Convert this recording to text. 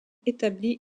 établies